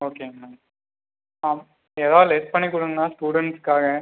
ஓகேங்கண்ணா எதாவது லெஸ் பண்ணி கொடுங்கண்ணா ஸ்டூடெண்ட்ஸ்க்காக